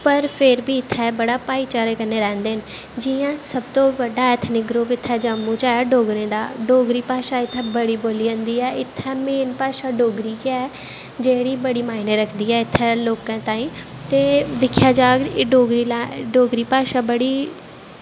पर फिर बी इत्थें बड़े भाईचारे कन्नैं रैंह्दे न जियां सब तो बड्डा ग्रुप एत्थें ऐ जम्मू च डोगरें दा डोगरी भाशा इत्थें बड़ी बोल्ली जंदी ऐ इत्थें मेन भाशा डोगरी गै ऐ जेह्ड़ी इत्थें बड़ी माइने रखदे ऐ लोकें तांई ते दिक्खेआ जाए ते डोगरी भाशा बड़ी